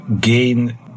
gain